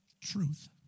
truth